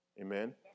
amen